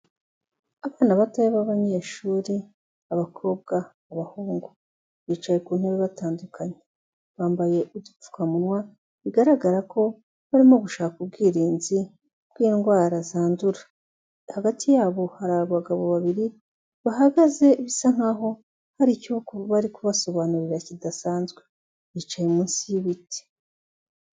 Abana batoya b'abanyeshuri, abakobwa, abahungu. Bicaye ku ntebe batandukanye. Bambaye udupfukamunwa bigaragara ko barimo gushaka ubwirinzi bwindwara zandura. Hagati yabo hari abagabo babiri bahagaze, bisa nkaho hari icyo bari kubasobanurira kidasanzwe. Bicaye munsi y'ibiti.